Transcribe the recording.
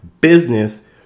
business